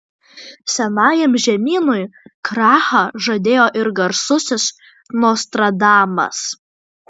senajam žemynui krachą žadėjo ir garsusis nostradamas